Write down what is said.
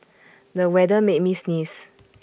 the weather made me sneeze